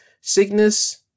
sickness